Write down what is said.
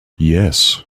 yes